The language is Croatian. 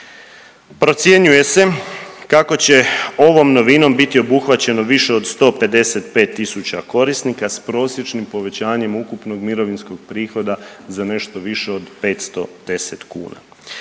Procjenjuje se kako će ovom novinom biti obuhvaćeno više od 155.000 korisnika s prosječnim povećanjem ukupnog mirovinskog prihoda za nešto više od 510 kuna.